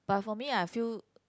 but for me I feel